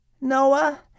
Noah